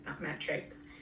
metrics